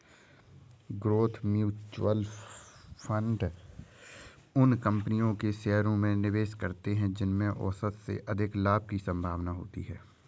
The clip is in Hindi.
ग्रोथ म्यूचुअल फंड उन कंपनियों के शेयरों में निवेश करते हैं जिनमें औसत से अधिक लाभ की संभावना होती है